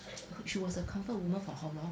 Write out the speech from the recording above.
she was a comfort woman for how long